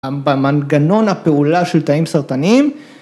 ‫במנגנון הפעולה של תאים סרטנים.